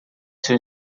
seu